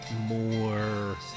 more